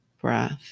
breath